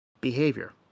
behavior